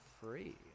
free